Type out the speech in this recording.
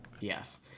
Yes